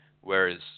Whereas